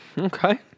Okay